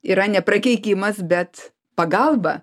yra ne prakeikimas bet pagalba